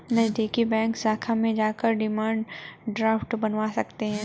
नज़दीकी बैंक शाखा में जाकर डिमांड ड्राफ्ट बनवा सकते है